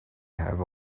have